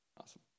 Awesome